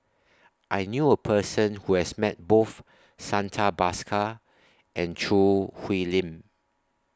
I knew A Person Who has Met Both Santha Bhaskar and Choo Hwee Lim